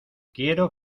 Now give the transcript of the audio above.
quiero